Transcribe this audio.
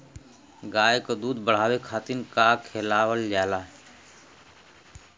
गाय क दूध बढ़ावे खातिन का खेलावल जाय?